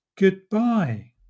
Goodbye